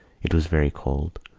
it was very cold.